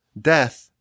death